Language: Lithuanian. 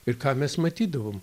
ir ką mes matydavom